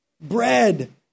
bread